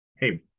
Hey